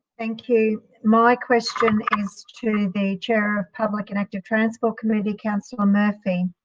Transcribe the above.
thank you. my question is to the chair of public and active transport committee, councillor murphy.